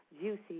Juicy